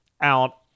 out